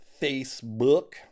Facebook